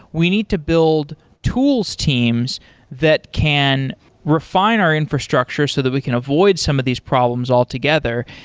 we need to build tools teams that can refine our infrastructure so that we can avoid some of these problems altogether,